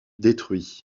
détruits